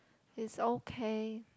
it's okay